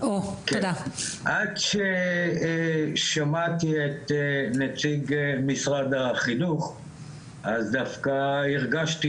עד ששמעתי את נציג משרד החינוך אז דווקא הרגשתי